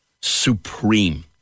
supreme